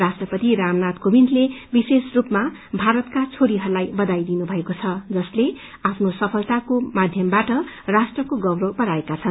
राष्ट्रपति रामनाथ कोविन्दले विशेष रूपमा भारतका छोरीहरूलाई बधाई दिनुभएको छ जसले आफ्नो सफलताको मध्यनजर राष्ट्रको गौरव बढ़ाएका छन्